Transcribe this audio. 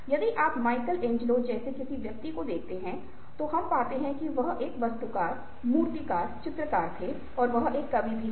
यदि आप Michelangelo जैसे किसी व्यक्ति को देख रहे हैं तो हम पाते हैं कि वह एक वास्तुकार मूर्तिकला चित्रकार थे और वह एक कवि भी थे